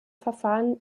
verfahren